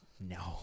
No